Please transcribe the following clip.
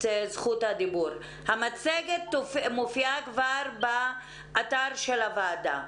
נמצאת באתר של הוועדה.